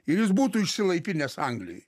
ir jis būtų išsilaipinęs anglijoj